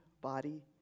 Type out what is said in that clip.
body